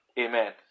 Amen